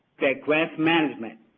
that grants management